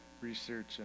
research